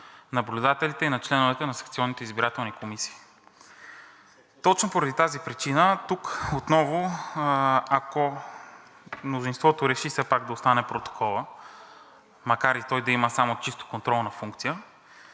на наблюдателите и на членовете на секционните избирателни комисии. Точно поради тази причина тук отново, ако мнозинството реши все пак да остане протоколът, макар и той да има само чисто контролна функция,